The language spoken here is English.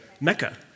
Mecca